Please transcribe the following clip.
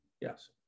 Yes